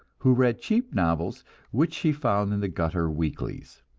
who read cheap novels which she found in the gutter weeklies.